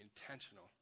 intentional